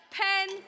pen